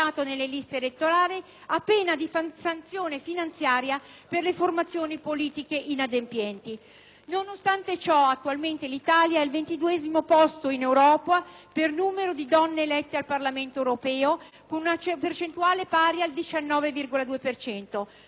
Nonostante ciò, attualmente l'Italia è al ventiduesimo posto in Europa per numero di donne elette al Parlamento europeo con una percentuale pari al 19,2 per cento. Dunque, esiste ben evidente una situazione di sottorappresentazione politica femminile.